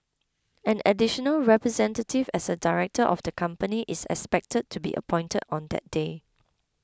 an additional representative as a director of the company is expected to be appointed on that day